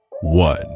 one